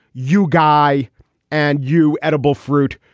you guy and you edible fruit,